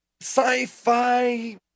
sci-fi